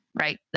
right